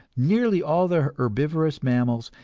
nearly all the herbivorous mammals,